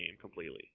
completely